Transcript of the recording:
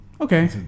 Okay